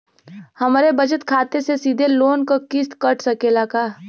हमरे बचत खाते से सीधे लोन क किस्त कट सकेला का?